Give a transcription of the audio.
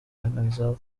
manager